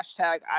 hashtag